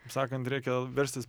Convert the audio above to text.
kaip sakant reikia verstis